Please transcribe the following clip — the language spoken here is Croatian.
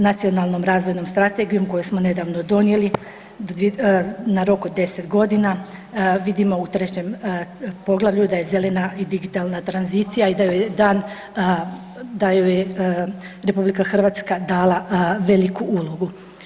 Nacionalnom razvojnom strategijom koju smo nedavno donijeli na rok od 10 godina vidimo u trećem poglavlju da je zelena i digitalna tranzicija i da joj je dan, da joj je RH dala veliku ulogu.